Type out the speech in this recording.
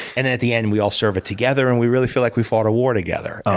and then at the end, we all serve it together, and we really feel like we fought a war together.